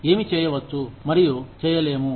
ఏమి చేయవచ్చు మరియు చేయలేము